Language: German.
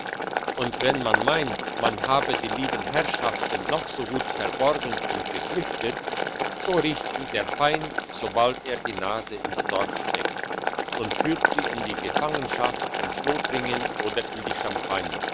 und wenn man meint man habe die lieben herrschaften noch so gut verborgen und geflüchtet so riecht sie der feind sobald er die nase ins dorf streckt und führt sie in die gefangenschaft ins lothringen oder in die